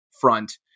front